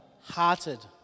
hearted